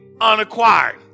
unacquired